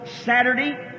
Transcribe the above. Saturday